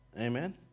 Amen